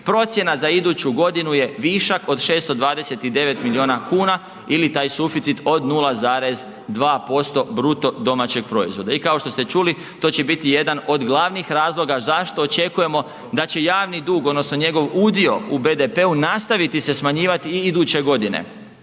procjena za iduću godinu je višak od 629 milijuna kuna ili taj suficit od 0,2% BDP-a i kao što ste čuli, to će biti jedan od glavnih razloga zašto očekujemo da će javni dug odnosno njegov udio u BDP-u nastaviti se smanjivati i iduće godine